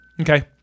Okay